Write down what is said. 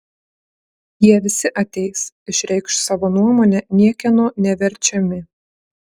jie visi ateis išreikš savo nuomonę niekieno neverčiami